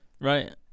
Right